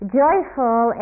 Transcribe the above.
joyful